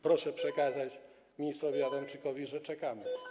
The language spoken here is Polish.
Proszę przekazać ministrowi Adamczykowi, że czekamy.